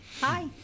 Hi